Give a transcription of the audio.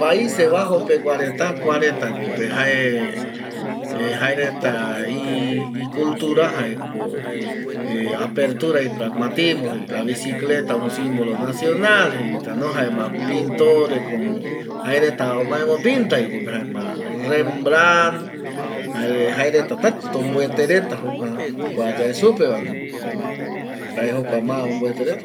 Paise Bajo pegua reta kuareta yepe jae jaereta icutura jaeko apertura pragmatismo jeisupava jeireta la bicicleta como simbolo nacional jeiretano jaema jaereta pintore como jaereta omaemo pintaviyepe jaema rembran jaema jaereta täta omboete reta jokua kua yae supevano jae jokua ma oboete reta